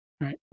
Right